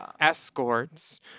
escorts